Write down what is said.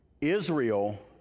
Israel